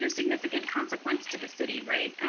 and significant consequence to the city, right?